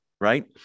right